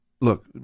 look